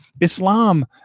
Islam